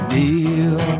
deal